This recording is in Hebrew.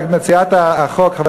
מציעה את החוק,